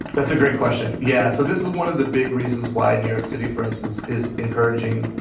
that's a great question. yeah. so this is one of the big reasons why new york city, for instance, is encouraging,